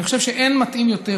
אני חושב שאין מתאים יותר